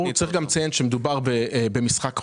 צריך לציין שמדובר במשחק חוזר.